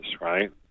right